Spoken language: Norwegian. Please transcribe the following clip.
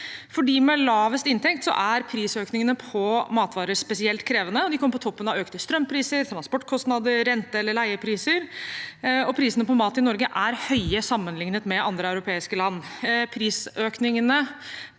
For dem med lavest inntekt er prisøkningene på matvarer spesielt krevende, og de kommer på toppen av økte strømpriser, transportkostnader, renter eller leiepriser. Prisene på mat i Norge er også høye sammenlignet med andre europeiske land.